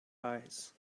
eyes